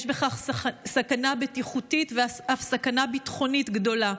יש בכך סכנה בטיחותית ואף סכנה ביטחונית גדולה.